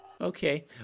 Okay